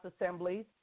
assemblies